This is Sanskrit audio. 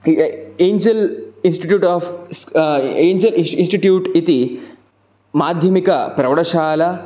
Angel institute of angel institute इति माध्यमिकप्रौढशाला